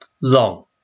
long